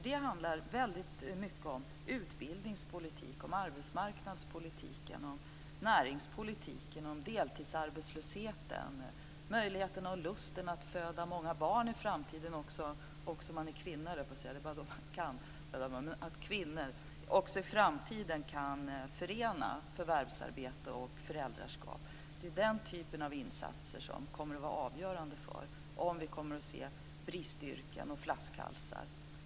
Det handlar väldigt mycket om utbildningspolitik, arbetsmarknadspolitik och näringspolitik, om deltidsarbetslösheten, möjligheterna och lusten att föda många barn och att kvinnor också i framtiden kan förena förvärvsarbete och föräldraskap. Det är den typen av insatser som är avgörande för om vi kommer att se bristyrken och flaskhalsar.